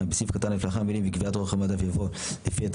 סעיף 41. במקום המילים "כ' טבת תשפ"ד 1 בינואר" יבואו המילים "ט'